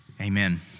amen